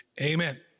amen